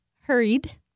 hurried